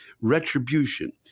retribution